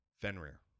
Fenrir